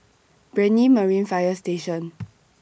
Brani Marine Fire Station